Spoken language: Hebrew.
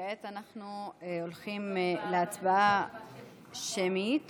כעת אנחנו הולכים להצבעה שמית